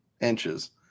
inches